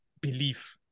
belief